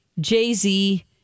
Jay-Z